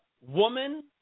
woman